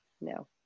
no